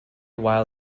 while